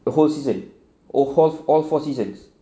a whole season or all four all four seasons